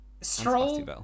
Stroll